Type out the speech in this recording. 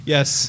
Yes